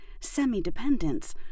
semi-dependence